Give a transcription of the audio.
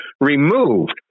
removed